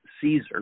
Caesar